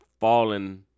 falling